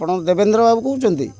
ଆପଣ ଦେବେନ୍ଦ୍ର ବାବୁ କହୁଛନ୍ତି